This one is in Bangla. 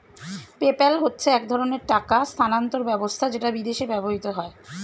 পেপ্যাল হচ্ছে এক ধরণের টাকা স্থানান্তর ব্যবস্থা যেটা বিদেশে ব্যবহৃত হয়